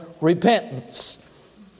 repentance